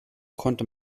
konnte